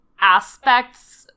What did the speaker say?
aspects